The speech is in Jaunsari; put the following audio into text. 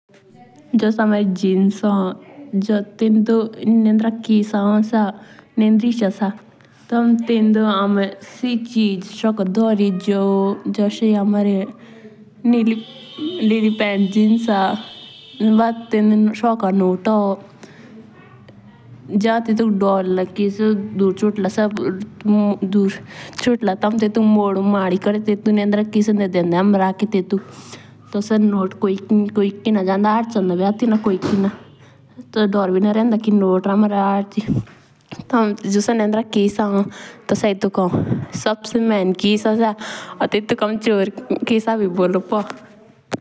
जस हमारी जिंस होन तो तेंदा जो सा नेंद्रिसा खिधा बी होन। तो तेन्दो हमें तो चिज सकु धोरे जस एबि मंग ढिली जिंष बी होन तो तेंदा मंग सू का नॉट होन। जे हौं टेटुक दोरला कि खिसे पोंडा चुट सोकोन तो हौं टेटू मोदी मडिकोरी टेटु खिशेंदा धोरदा। तो सब से ज्यादा पुरुष खिसा होन टेटुक हामे चोर खिशा बी बोलुपो।